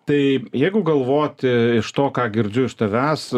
tai jeigu galvoti iš to ką girdžiu iš tavęs